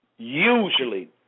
Usually